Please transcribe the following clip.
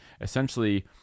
essentially